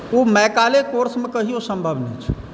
ओ Macaulay कोर्समे कहियो सम्भव नहि छै